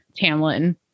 Tamlin